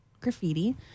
graffiti